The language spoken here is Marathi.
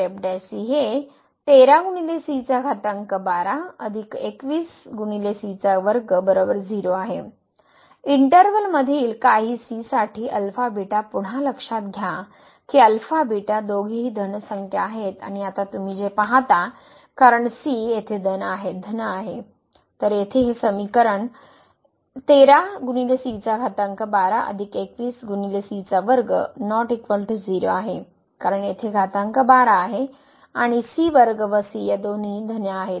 तर आहे इंटर्वल मधील काही सी साठी α β पुन्हा लक्षात घ्या की α β दोघेही धन संख्या आहेत आणि आता तुम्ही जे पाहता कारण सी येथे धन आहे तर येथे ही समीकरण येथे आहे कारण येथे घातांक १२ आहे आणि व c या दोन्ह्ही धन आहे